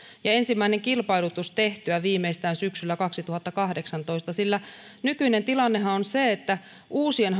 ja ensimmäinen kilpailutus tehtyä viimeistään syksyllä kaksituhattakahdeksantoista sillä nykyinen tilannehan on on se että uusien